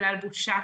בגלל בושה.